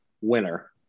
winner